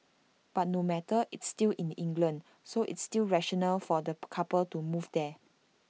but no matter it's still in England so it's still rational for the couple to move there